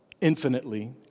infinitely